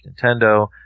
Nintendo